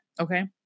okay